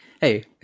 Hey